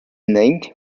named